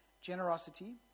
generosity